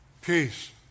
peace